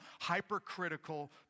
hypercritical